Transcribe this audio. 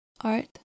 art